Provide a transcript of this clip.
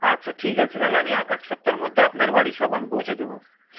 আচ্ছা ঠিক আছে তাহলে আমি এক সপ্তাহের মধ্যে আপনার বাড়ির সব আমি পৌঁছে দেব